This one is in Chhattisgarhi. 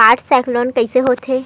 कोर्ड स्कैन कइसे होथे?